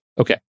Okay